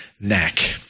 neck